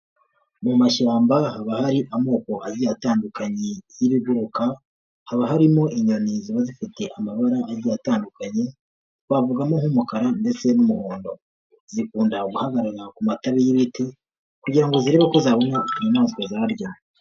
Mu mashyamba haba hari amoko abiri atandukanye y'ibiguruka, haba harimo inyoni ziba zifite amabara agiye atandukanye, twavugamo nk'umukara ndetse n'umuhondo, zikunda guhagarara ku matabi y'ibiti, kugira ngo zirebe uko zabona inyamaswa zarya.